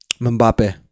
Mbappe